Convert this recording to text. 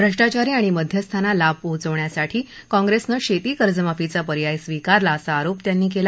भ्रष्टाचारी आणि मध्यस्थांना लाभ पोहचवण्यासाठी काँग्रेसनं शेतीकर्जमाफीचा पर्याय स्वीकारला असा आरोप त्यांनी केला